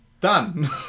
Done